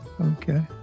Okay